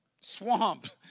swamp